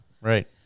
right